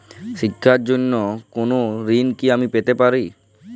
শিক্ষার জন্য কোনো ঋণ কি আমি পেতে পারি?